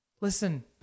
Listen